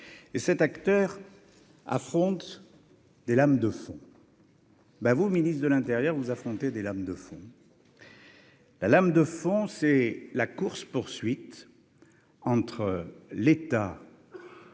et cet acteur affronte des lames de fond. Bah, vous ministre de l'Intérieur, vous affrontez des lames de fond. La lame de fond, c'est la course poursuite entre l'État,